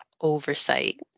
oversight